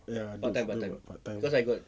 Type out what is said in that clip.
ya it's true ah part-time